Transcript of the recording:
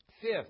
Fifth